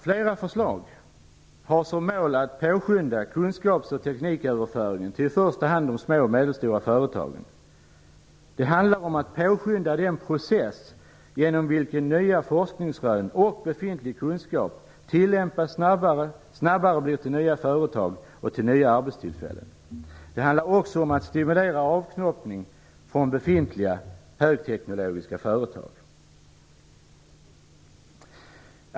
Flera förslag har som mål att påskynda kunskaps och tekniköverföringen till i första hand de små och medelstora företagen. Det handlar om att påskynda den process genom vilken nya forskningsrön och befintlig kunskap tillämpas, vilket snabbare leder till nya företag och nya arbetstillfällen. Det handlar också om att stimulera avknoppning från befintliga högteknologiska företag.